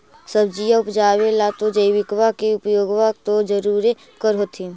सब्जिया उपजाबे ला तो जैबिकबा के उपयोग्बा तो जरुरे कर होथिं?